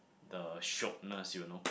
the shortness you know